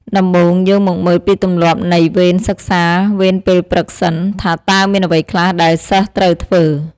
ដំបូង យើងមកមើលពីទម្លាប់នៃវេនសិក្សាវេនពេលព្រឹកសិន ថាតើមានអ្វីខ្លះដែលសិស្សត្រូវធ្វើ។